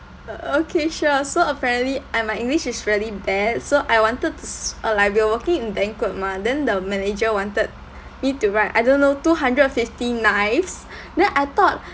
okay sure so apparently I my english is really bad so I wanted to s~ uh like we're working in banquet mah then the manager wanted me to write I don't know two hundred fifty knives then I thought